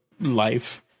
life